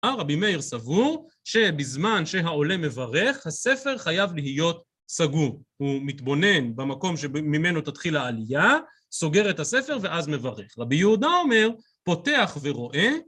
אמר רבי מאיר סבור שבזמן שהעולה מברך, הספר חייב להיות סגור. הוא מתבונן במקום שממנו תתחיל העלייה, סוגר את הספר ואז מברך. רבי יהודה אומר, פותח ורואה.